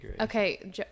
okay